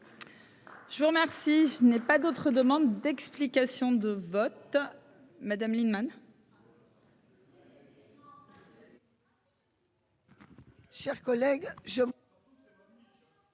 Je vous remercie. Je n'ai pas d'autres demandes d'explications de vote. Madame Lienemann.